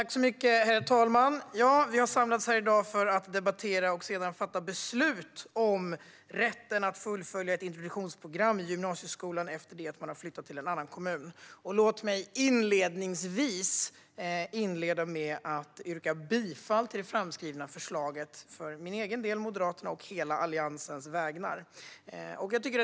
Herr talman! Vi har samlats här i dag för att debattera och senare fatta beslut om rätten att fullfölja ett introduktionsprogram i gymnasieskolan efter det att man har flyttat till en annan kommun. Låt mig inledningsvis yrka bifall till det framskrivna förslaget för min egen del liksom på Moderaternas och hela Alliansens vägnar.